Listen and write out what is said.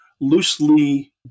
loosely